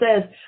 says